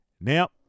Now